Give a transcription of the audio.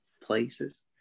places